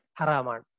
haraman